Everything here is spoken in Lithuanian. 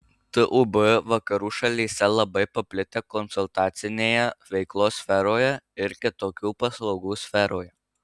tūb vakarų šalyse labai paplitę konsultacinėje veiklos sferoje ir kitokių paslaugų sferoje